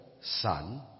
Son